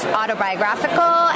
autobiographical